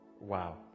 Wow